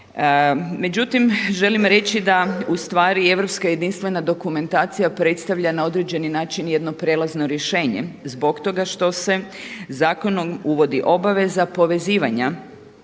Međutim, želim reći da u stvari europska jedinstvena dokumentacija predstavlja na određeni način jedno prijelazno rješenje zbog toga što se zakonom uvodi obaveza povezivanja